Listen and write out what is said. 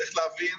צריך להבין,